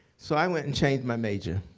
so i went and changed my major.